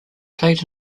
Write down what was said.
played